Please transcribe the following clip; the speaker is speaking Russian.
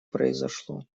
произошло